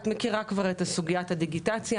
את מכירה כבר את סוגיית הדיגיטציה,